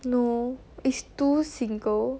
no it's two single